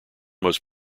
most